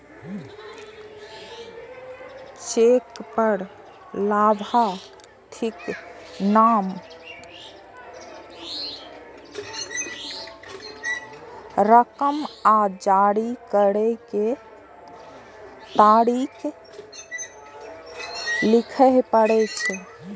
cheque पर लाभार्थीक नाम, रकम आ जारी करै के तारीख लिखय पड़ै छै